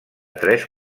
tres